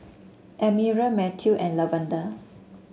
Elmira Matthew and Lavada